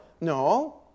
No